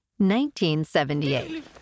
1978